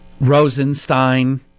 Rosenstein